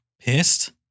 pissed